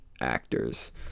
actors